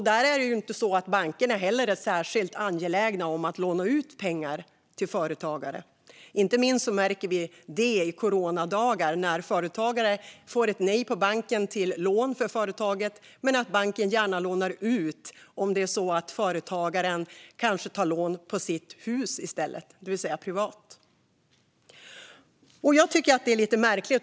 Där är bankerna inte särskilt angelägna om att låna ut pengar till företagare. Detta märker vi inte minst i coronadagar, då företagare får nej av banken när det gäller lån till företaget. Men banken lånar gärna ut om företagaren tar ett lån på sitt hus i stället, det vill säga privat. Jag tycker att det är lite märkligt.